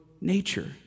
nature